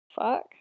Fuck